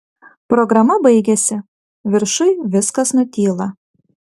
programa baigiasi viršuj viskas nutyla